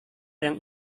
yang